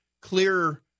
clear